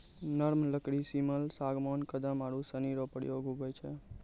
नरम लकड़ी सिमल, सागबान, कदम आरू सनी रो प्रयोग हुवै छै